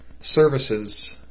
services